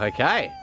Okay